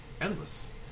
endless